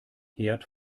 herd